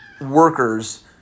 workers